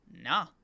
nah